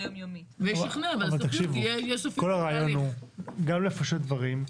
תקשיבו, כל הרעיון הוא גם לפשט דברים.